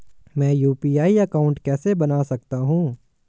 मैं UPI account कैसे बना सकता हूं?